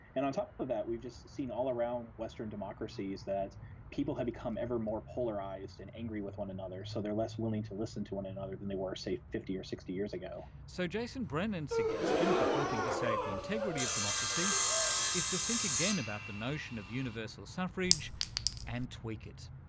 and on top of that we've just seen all around western democracies that people have become ever more polarised and angry with one another, so they are less willing to listen to one another than they were, say, fifty or sixty years ago. so jason brennan's suggestion for helping to save the integrity of democracy is to think again about the notion of universal suffrage and tweak it.